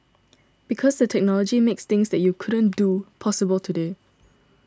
because the technology makes things that you couldn't do possible today